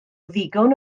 ddigon